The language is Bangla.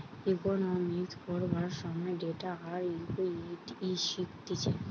ইকোনোমিক্স পড়বার সময় ডেট আর ইকুইটি শিখতিছে